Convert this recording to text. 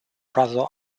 brother